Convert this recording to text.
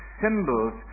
symbols